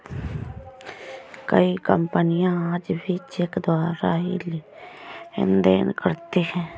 कई कपनियाँ आज भी चेक द्वारा ही लेन देन करती हैं